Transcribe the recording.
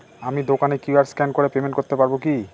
আমি দোকানে QR scan করে পেমেন্ট করতে পারবো কি?